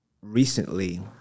recently